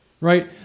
Right